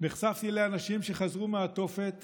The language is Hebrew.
נחשפתי לאנשים שחזרו מהתופת